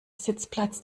sitzplatz